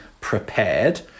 prepared